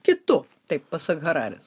kitu taip pasak hararis